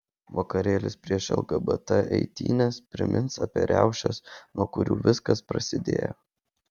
vakarėlis prieš lgbt eitynes primins apie riaušes nuo kurių viskas prasidėjo